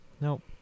nope